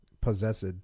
possessed